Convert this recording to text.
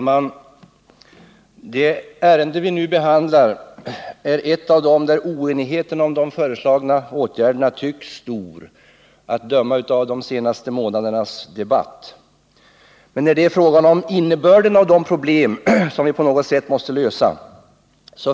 Fru talman! Det ärende vi nu behandlar är ett av dem där oenigheten om de föreslagna åtgärderna tycks stor — att döma av de senaste månadernas debatt. Men när det är fråga om innebörden av de problem som vi på något sätt måste lösa